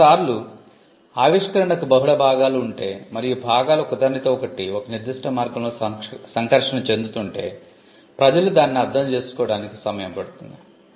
కొన్నిసార్లు ఆవిష్కరణకు బహుళ భాగాలు ఉంటే మరియు భాగాలు ఒకదానితో ఒకటి ఒక నిర్దిష్ట మార్గంలో సంకర్షణ చెందుతుంటే ప్రజలు దానిని అర్థం చేసుకోవడానికి సమయం పడుతుంది